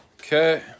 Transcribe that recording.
Okay